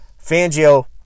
Fangio